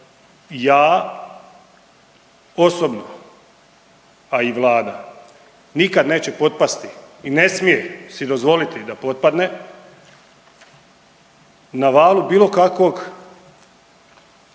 Ja osobno a i Vlada nikad neće potpasti i ne smije si dozvoliti da potpadne na valu bilo kakvog